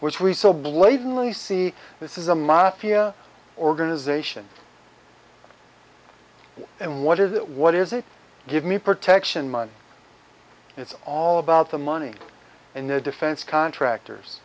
which we so blatantly see this is a mafia organization and what is it what is it give me protection money it's all about the money and the defense contractors